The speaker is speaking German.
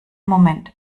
moment